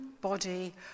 body